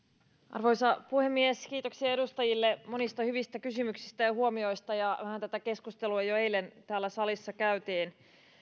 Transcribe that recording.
arvoisa puhemies kiitoksia edustajille monista hyvistä kysymyksistä ja ja huomioista vähän tätä keskustelua jo eilen täällä salissa käytiin